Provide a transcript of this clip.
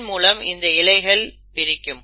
இதன் மூலம் இந்த இழைகளை பிரிக்கும்